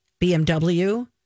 BMW